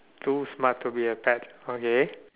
to smart to be a pet okay